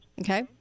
Okay